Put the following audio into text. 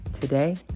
Today